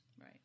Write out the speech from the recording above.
Right